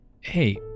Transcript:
Hey